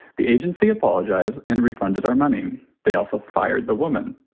the agency apologized and refunded our money. they also fired the woman.